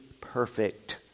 perfect